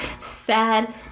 sad